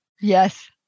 Yes